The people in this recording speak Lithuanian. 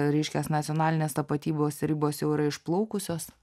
reiškias nacionalinės tapatybos ribos jau yra išplaukusios